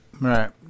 right